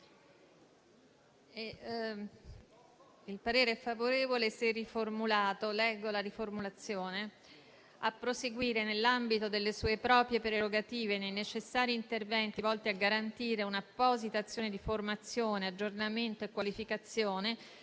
impegna il Governo: a proseguire nell'ambito delle sue proprie prerogative nei necessari interventi volti a garantire un'apposita azione di formazione, di aggiornamento e di qualificazione,